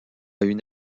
une